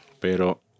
Pero